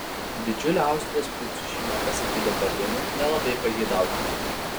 didžiulė austrijos princų šeima pasipildė dar vienu nelabai pageidautinu